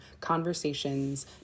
conversations